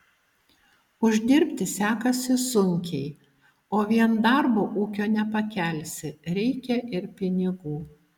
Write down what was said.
uždirbti sekasi sunkiai o vien darbu ūkio nepakelsi reikia ir pinigų